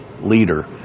leader